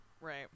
right